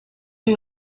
uyu